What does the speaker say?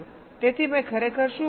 તેથી મેં ખરેખર શું કર્યું છે